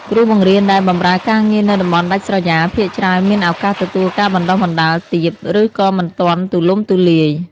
គ្រូបង្រៀនដែលបម្រើការងារនៅតំបន់ដាច់ស្រយាល ភាគច្រើនមានឱកាសទទួលការបណ្តុះបណ្តាលទាប ឬក៏មិនទាន់ទូលំទូលាយ។